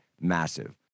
massive